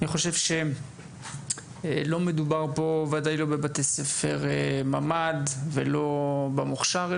אני חושב שלא מדובר פה וודאי לא בבתי ספר ממד ולא במוכשר,